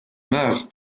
meure